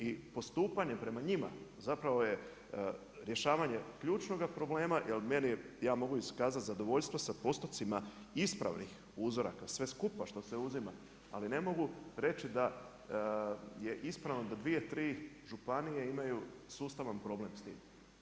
I postupanjem prema njima zapravo je rješavanje ključnoga problema jer ja mogu iskazati zadovoljstvo sa postupcima ispravnih uzoraka sve skupa što se uzima, ali ne mogu reći da je ispravno da dvije, tri županije imaju sustavan problem s tim.